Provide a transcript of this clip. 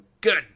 good